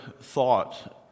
thought